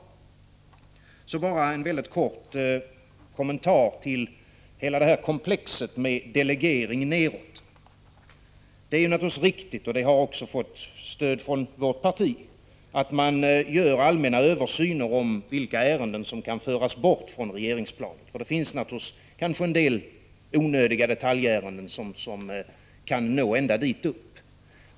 Sedan vill jag bara göra en mycket kort kommentar till hela detta komplex med delegering nedåt. Det är naturligtvis riktigt — och detta har också fått stöd från vårt parti — att man gör allmänna översyner om vilka ärenden som kan föras bort från regeringsplanet, för det finns kanske en del onödiga detaljärenden som kan nå ända dit.